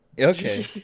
okay